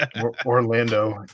Orlando